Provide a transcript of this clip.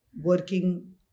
working